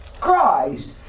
Christ